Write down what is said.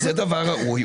זה דבר ראוי.